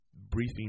briefing